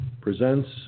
presents